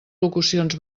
locucions